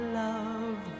love